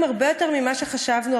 זה היה לא חוקי,